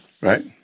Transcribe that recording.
right